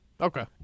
Okay